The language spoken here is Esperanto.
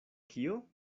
kio